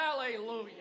hallelujah